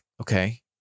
okay